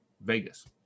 vegas